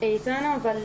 היא לא נמצאת איתנו בזום.